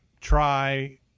try